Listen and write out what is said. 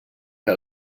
que